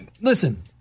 Listen